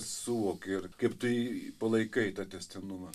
suvoki ir kaip tai palaikai tą tęstinumą